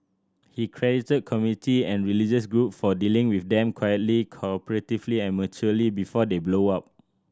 he credited community and religious group for dealing with them quietly cooperatively and maturely before they blow up